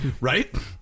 right